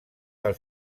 del